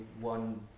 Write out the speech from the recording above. one